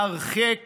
להרחיק